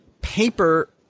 paper